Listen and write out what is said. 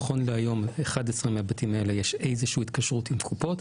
נכון להיום 11 מהבתים האלה יש איזושהי התקשרות עם קופות,